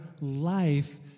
life